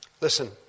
Listen